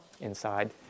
inside